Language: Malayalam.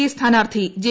എ സ്ഥാനാർത്ഥി ജെ